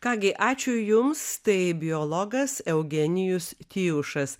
ką gi ačiū jums tai biologas eugenijus tijušas